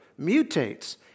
mutates